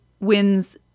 wins